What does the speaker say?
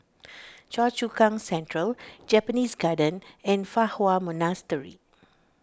Choa Chu Kang Central Japanese Garden and Fa Hua Monastery